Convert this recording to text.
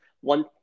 One